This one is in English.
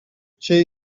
she